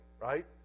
right